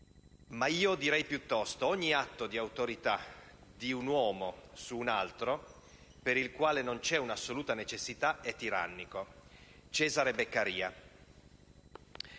ma io direi piuttosto che ogni atto di autorità di un uomo su un altro, per il quale non vi sia un'assoluta necessità, è tirannico». Per venire